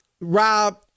Rob